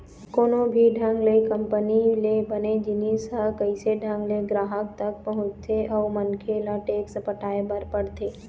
कोनो भी ढंग ले कंपनी ले बने जिनिस ह कइसे ढंग ले गराहक तक पहुँचथे अउ मनखे ल टेक्स पटाय बर पड़थे